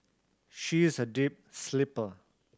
she is a deep sleeper